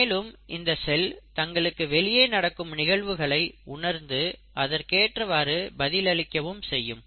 மேலும் இந்த செல் தங்களுக்கு வெளியே நடக்கும் நிகழ்வுகளை உணர்ந்து அதற்கேற்றவாறு பதிலளிக்கவும் செய்யும்